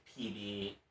pb